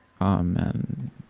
Amen